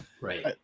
right